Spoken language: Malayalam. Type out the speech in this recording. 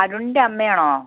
അരുണിൻ്റെ അമ്മ ആണോ